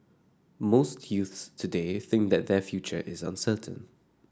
most youths today think that their future is uncertain